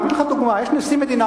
אני מביא לך דוגמה: יש נשיא מדינה,